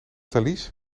thalys